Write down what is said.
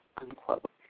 unquote